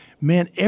Man